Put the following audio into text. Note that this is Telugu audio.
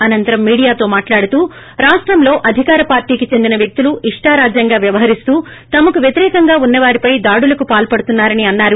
అనంతరం మీడియాతో మాట్లాడుతూ రాష్టంలో అధికార పార్లీకి చెందిన వ్యక్తులు ఇష్లారాజ్యంగా వ్యవహరిస్తూ తమకు వ్యతిరేకంగా ఉన్న వారిపై దాడులకు పాల్సడుతున్నా రని అన్సారు